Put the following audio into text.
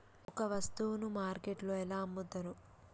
ఒక వస్తువును మార్కెట్లో ఎలా అమ్ముతరు?